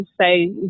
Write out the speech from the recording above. say